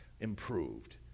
improved